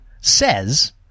Says